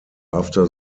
after